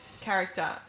character